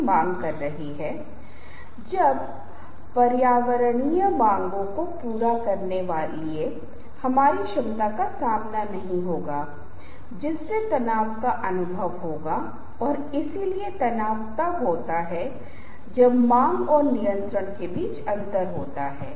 अब आप देखते हैं कि फ्रांसीसी दार्शनिक रोलांड बार्थेस का सुझाव है कि सामाजिक सांस्कृतिक संदर्भ में आप जो कुछ भी करते हैं वह महत्वपूर्ण रूप से संचार करता है